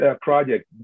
project